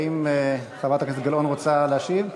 האם חברת הכנסת גלאון רוצה להשיב?